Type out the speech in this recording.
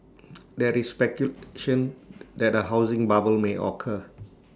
there is speculation that A housing bubble may occur